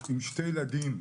עם שני ילדים,